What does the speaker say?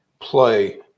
play